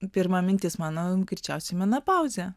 pirma mintis mano greičiausiai menopauzė